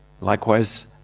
Likewise